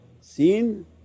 seen